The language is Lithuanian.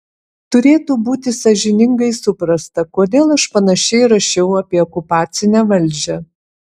turėtų būti sąžiningai suprasta kodėl aš panašiai rašiau apie okupacinę valdžią